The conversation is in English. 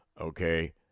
okay